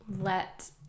let